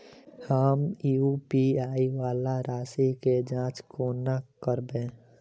हम यु.पी.आई वला राशि केँ जाँच कोना करबै?